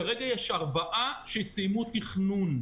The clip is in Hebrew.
כרגע יש ארבע שסיימו תכנון.